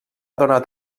donat